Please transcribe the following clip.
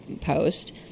post